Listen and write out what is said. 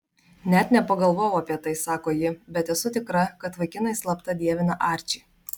net nepagalvojau apie tai sako ji bet esu tikra kad vaikinai slapta dievina arčį